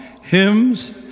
hymns